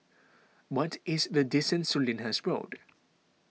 what is the distance to Lyndhurst Road